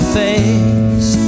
face